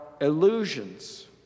illusions